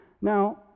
Now